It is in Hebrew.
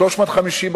350,